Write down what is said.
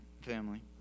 family